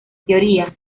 teoría